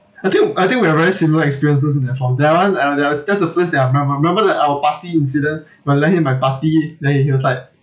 I think I think we have very similar experiences in that form that one that one that one that's the place that I remember remember that our party incident where I let him to my party then he was like